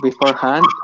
Beforehand